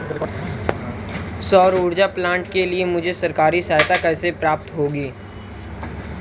सौर ऊर्जा प्लांट के लिए मुझे सरकारी सहायता कैसे प्राप्त होगी?